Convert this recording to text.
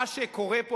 מה שקורה פה,